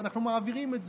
אנחנו מעבירים את זה.